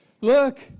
look